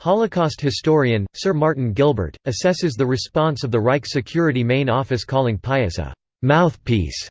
holocaust historian, sir martin gilbert, assesses the response of the reich security main office calling pius a mouthpiece